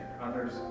Others